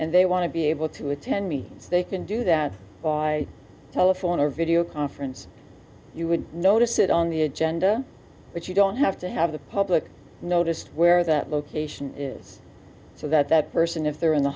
and they want to be able to attend me so they can do that by telephone or video conference you would notice it on the agenda but you don't have to have the public noticed where that location is so that that person if they're in the